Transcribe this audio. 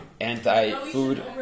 anti-food